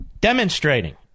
demonstrating